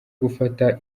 gufata